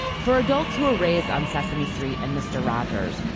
for adults who were raised on sesame street and mr. rogers,